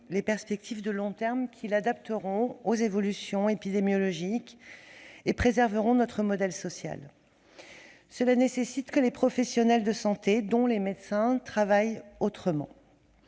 les perspectives de long terme qui adapteront celui-ci aux évolutions épidémiologiques et préserveront notre modèle social. Cela nécessite que les professionnels de santé, dont les médecins, travaillent autrement.